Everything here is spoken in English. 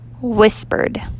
whispered